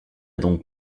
donc